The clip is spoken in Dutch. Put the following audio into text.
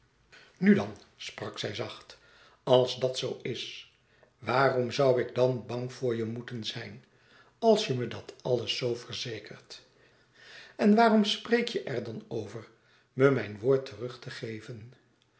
dan sprak zij zacht als dat zoo is waarom zoû ik dan bang voor je moeten zijn als je me dat alles zoo verzekert en waarom spreek je er dan over me mijn woord terug te geven